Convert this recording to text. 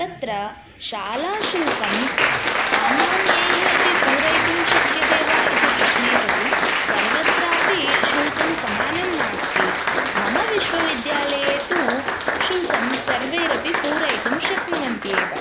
तत्र शालाशुल्कं सामान्यैः अपि पूरयितुं शक्यते वा इति प्रश्ने सति सर्वत्रापि शुल्कं समानं नास्ति मम विश्वविद्यालये तु शुल्कं सर्वैरपि पूरयितुं शक्नुवन्ति एव